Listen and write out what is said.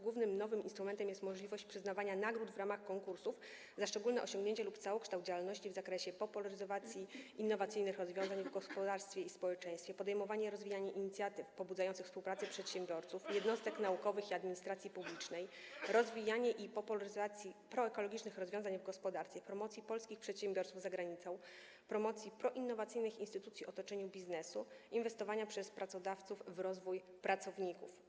Głównym nowym instrumentem jest możliwość przyznawania nagród w ramach konkursów za szczególne osiągnięcie lub całokształt działalności w zakresie popularyzacji innowacyjnych rozwiązań w gospodarstwie i społeczeństwie, podejmowania, rozwijania inicjatyw pobudzających współpracę przedsiębiorców, jednostek naukowych i administracji publicznej, rozwijania i popularyzacji proekologicznych rozwiązań w gospodarce, promocji polskich przedsiębiorstw za granicą, promocji proinnowacyjnych instytucji w otoczeniu biznesu, inwestowania przez pracodawców w rozwój pracowników.